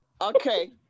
Okay